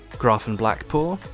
graphon blackpor,